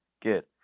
good